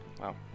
Wow